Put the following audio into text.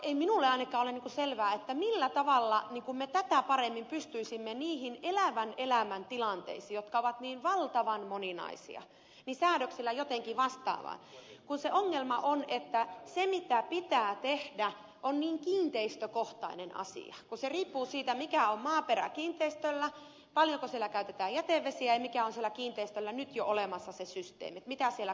ei minulle ainakaan ole selvää millä tavalla me tätä paremmin pystyisimme niihin elävän elämän tilanteisiin jotka ovat niin valtavan moninaisia säädöksillä jotenkin vastaamaan kun se ongelma on että se mitä pitää tehdä on niin kiinteistökohtainen asia kun se riippuu siitä mikä on maaperä kiinteistöllä paljonko siellä käytetään jätevesiä ja mikä systeemi on sillä kiinteistöllä nyt jo olemassa mitä siellä kannattaa tehdä